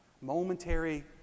momentary